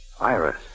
Iris